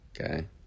Okay